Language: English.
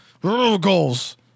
goals